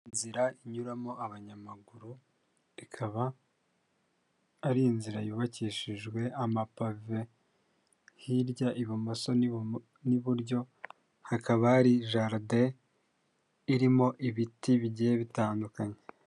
Inzira inyuramo abanyamaguru, ikaba ari inzira yubakishijwe amapave, hirya ibumoso n'iburyo hakaba hari jaride irimo ibiti bigiye bitandukanye.